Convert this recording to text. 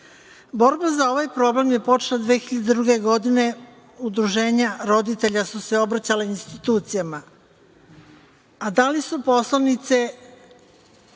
Borba za ovaj problem je počela 2002. godine udruženja roditelja su se obraćala institucijama. A da li su poslanice,